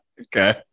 okay